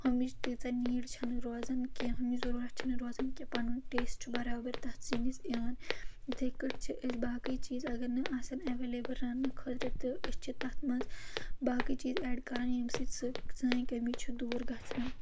ہُمِچ تیٖژاہ نیٖڈ چھےٚ نہٕ روزان کینٛہہ ہُمِچ ضروٗرت چھےٚ نہٕ روزان کینٛہہ پَنُن ٹیسٹ چھُ برابر تَتھ سِنِس یِوان یِتھٕے کٲٹھۍ چھِ أسۍ باقٕے چیٖز اگر نہٕ آسان ایویلیبٕل رَننہٕ خٲطرٕ تہٕ أسۍ چھِ تَتھ منٛز باقٕے چیٖز ایڈ کَران ییٚمہِ سۭتۍ سُہ سٲنۍ کٔمی چھِ دوٗر گژھان